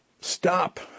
stop